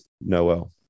Noel